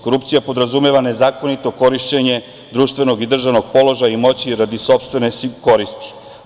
Korupcija podrazumeva nezakonito korišćenje društvenog i državnog položaja i moći radi sopstvene koristi.